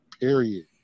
period